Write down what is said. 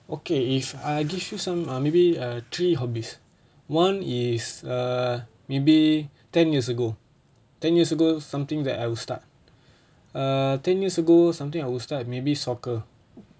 okay if I give you some or maybe uh three hobbies one is err maybe ten years ago ten years ago something that I will start err ten years ago something I will start maybe soccer